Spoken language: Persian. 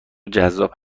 جذاب